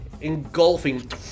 engulfing